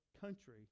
country